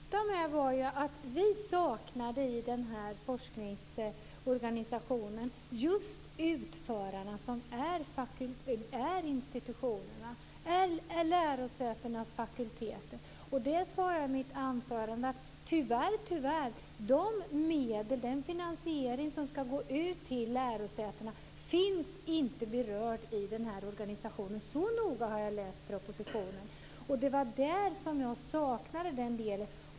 Fru talman! Det är väl tur det. Men vad jag ville lyfta fram var att vi i denna forskningsorganisation saknade just utförarna, som är institutionerna eller lärosätenas fakulteter. Som jag sade i mitt anförande är tyvärr inte den finansiering som ska gå ut till lärosätena berörd i den här organisationen. Så noga har jag läst propositionen. Det var den delen jag saknade.